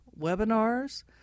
webinars